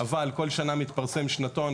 אבל כל שנה מתפרסם שנתון.